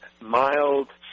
mild